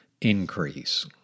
increase